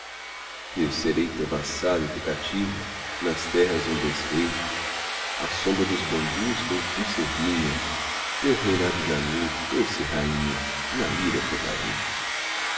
eu serei teu vassalo e teu cativo nas terras onde és rei a sombra dos bambus vem tu ser minha teu reinado de amor doce rainha na lira cantarei